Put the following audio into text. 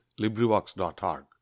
LibriVox.org